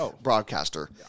broadcaster